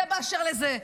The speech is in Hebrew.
זה באשר לזה.